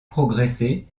progressé